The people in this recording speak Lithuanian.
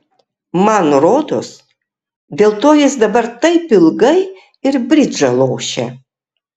man rodos dėl to jis dabar taip ilgai ir bridžą lošia